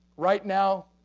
right now,